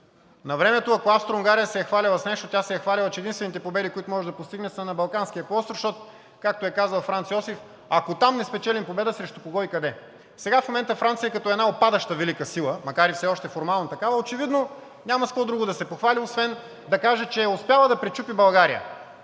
Навремето, ако Австро-Унгария се е хвалила с нещо, тя се е хвалила, че единствените победи, които може да постигне, са на Балканския полуостров, защото, както е казал Франц Йосиф: „Ако там не спечелим победа, срещу кого и къде?“ Сега в момента Франция като една упадаща велика сила, макар и все още формално такава, очевидно няма с какво друго да се похвали, освен да каже, че е успяла да пречупи България.